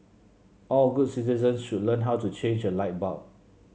all good citizens should learn how to change a light bulb